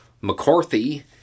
McCarthy